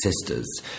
sisters